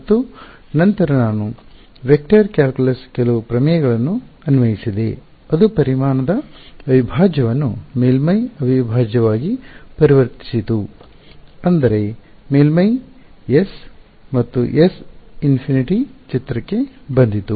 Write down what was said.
ಮತ್ತು ನಂತರ ನಾನು ವೆಕ್ಟರ್ ಕ್ಯಾಲ್ಕುಲಸ್ ಕೆಲವು ಪ್ರಮೇಯಗಳನ್ನು ಅನ್ವಯಿಸಿದೆ ಅದು ಪರಿಮಾಣದ ಅವಿಭಾಜ್ಯವನ್ನು ಮೇಲ್ಮೈ ಅವಿಭಾಜ್ಯವಾಗಿ ಪರಿವರ್ತಿಸಿತು ಅಂದರೆ ಮೇಲ್ಮೈ S ಮತ್ತು S ಅನಂತವು ಇನ್ಫಿನಿಟಿ ಚಿತ್ರಕ್ಕೆ ಬಂದಿತು